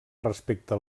respecte